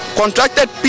contracted